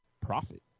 profit